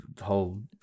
whole